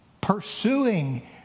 pursuing